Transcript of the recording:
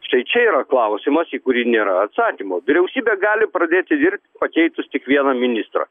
štai čia yra klausimas į kurį nėra atsakymo vyriausybė gali pradėti dirb pakeitus tik vieną ministrą